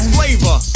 flavor